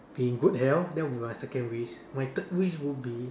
be in good health that would be my second wish my third wish would be